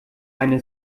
eine